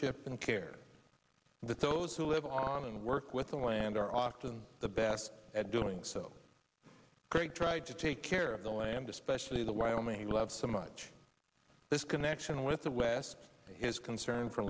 p and care that those who live on and work with the land are often the best at doing so great tried to take care of the land especially the wyoming he loves so much this connection with the west his concern for